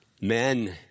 men